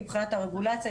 מבחינת הרגולציה,